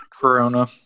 Corona